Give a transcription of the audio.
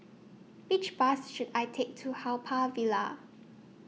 Which Bus should I Take to Haw Par Villa